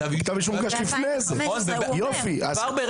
כתב אישום הוגש לפני זה.